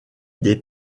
des